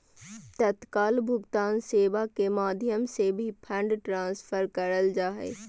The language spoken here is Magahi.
तत्काल भुगतान सेवा के माध्यम से भी फंड ट्रांसफर करल जा हय